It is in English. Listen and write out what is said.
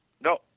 no